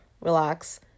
relax